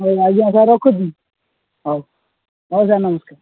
ହଉ ଆଜ୍ଞା ସାର୍ ରଖୁଛି ହଉ ହଉ ସାର୍ ନମସ୍କାର